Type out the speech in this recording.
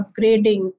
upgrading